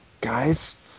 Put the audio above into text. guys